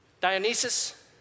Dionysus